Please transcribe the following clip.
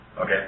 Okay